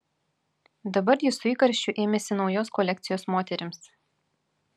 dabar jis su įkarščiu ėmėsi naujos kolekcijos moterims